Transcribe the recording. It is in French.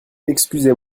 excusez